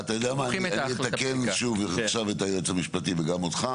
אני אתקן שוב עכשיו את היועץ המשפטי וגם אותך,